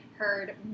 heard